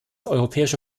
europäische